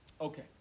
Okay